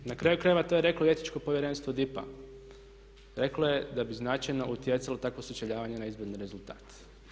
Na kraju krajeva to je reklo i Etičko povjerenstvo DIP-am reklo je da bi značajno utjecalo takvo sučeljavanje na izborni rezultat.